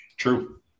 True